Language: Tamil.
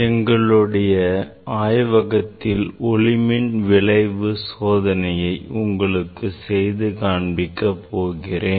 எங்களுடைய ஆய்வகத்தில் ஒளிமின் விளைவு சோதனையை உங்களுக்கு செய்து காண்பிக்க போகிறேன்